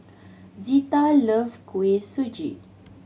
Zetta love Kuih Suji